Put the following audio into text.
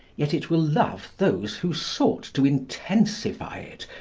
yet it will love those who sought to intensify it,